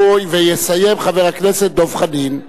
ויסיים, חבר הכנסת דב חנין.